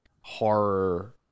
horror